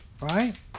Right